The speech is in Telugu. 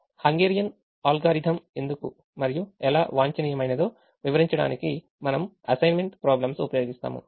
హంగేరియన్ అల్గారిథం ఎందుకు మరియు ఎలా వాంఛనీయమైనదో వివరించడానికి మనం అసైన్మెంట్ ప్రాబ్లమ్స్ ఉపయోగిస్తాము